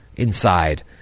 inside